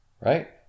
right